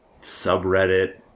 Subreddit